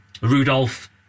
Rudolph